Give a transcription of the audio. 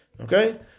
Okay